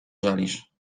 żalisz